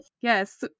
Yes